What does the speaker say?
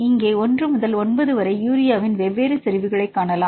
இங்கே ஒன்று முதல் ஒன்பது வரை யூரியாவின் வெவ்வேறு செறிவுகளைக் காணலாம்